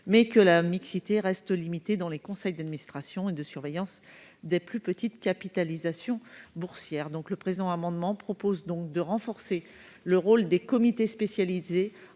mais que la mixité restait limitée dans les conseils d'administration et de surveillance des plus petites capitalisations boursières. Le présent amendement vise donc à affirmer le rôle des comités spécialisés